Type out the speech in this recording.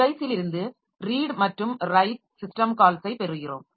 டிவைஸில் இருந்து ரீட் மற்றும் write system கால்ஸை பெறுகிறோம்